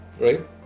Right